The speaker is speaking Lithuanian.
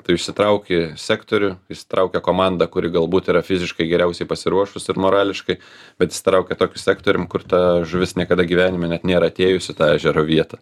tu išsitrauki sektorių išsitraukia komanda kuri galbūt yra fiziškai geriausiai pasiruošusi ir morališkai bet išsitraukia tokį sektorium kur ta žuvis niekada gyvenime net nėra atėjusi tą ežero vietą